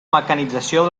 mecanització